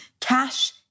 cash